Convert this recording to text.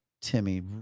Timmy